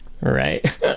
right